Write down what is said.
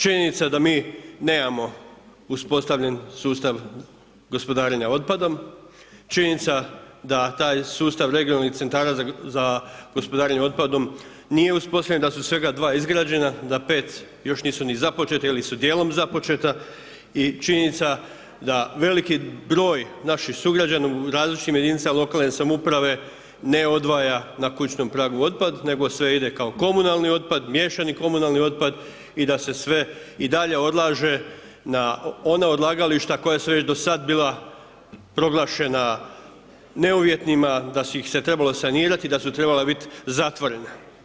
Činjenica da mi nemamo uspostavljen sustav gospodarenja otpadom, činjenica da taj sustav regionalnih centara za gospodarenja otpadom nije uspostavljen, da su svega 2 izgrađena, da 5 još nisu ni započeta, ili su dijelom započeta i činjenica da veliki broj naših sugrađana u različitim jedinicama lokalne samouprave ne odvaja na kućnom pragu otpad nego sve ide kao komunalni otpad, miješani komunalni otpad i da se sve i dalje odlaže na ona odlagališta koja su već do sad bila proglašena neuvjetnima, da su ih se trebalo sanirati, da su trebala biti zatvorena.